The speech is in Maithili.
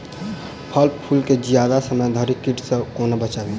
फल फुल केँ जियादा समय धरि कीट सऽ कोना बचाबी?